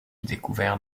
découverts